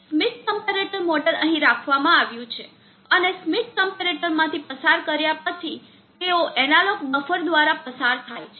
Schmitt comparator model અહીં રાખવામાં આવ્યું છે અને સ્ક્મિટ ક્મ્પેરેટર માંથી પસાર કર્યા પછી તેઓ એનાલોગ બફર દ્વારા પસાર થાય છે